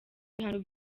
bihano